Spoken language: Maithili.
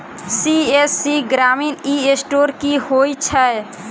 सी.एस.सी ग्रामीण ई स्टोर की होइ छै?